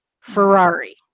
Ferrari